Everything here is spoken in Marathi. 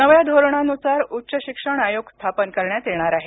नव्या धोरणानुसार उच्च शिक्षण आयोग स्थापन करण्यात येणार आहे